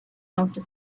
outer